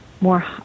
more